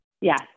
Yes